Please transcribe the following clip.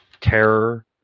terror